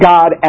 God